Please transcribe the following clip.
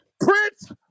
Prince